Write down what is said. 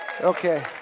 okay